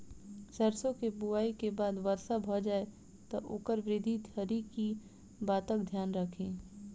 सैरसो केँ बुआई केँ बाद वर्षा भऽ जाय तऽ ओकर वृद्धि धरि की बातक ध्यान राखि?